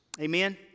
Amen